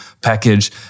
package